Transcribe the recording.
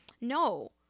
No